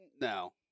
no